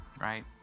right